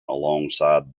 alongside